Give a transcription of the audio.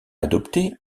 adoptée